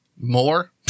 More